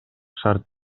шарт